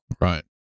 Right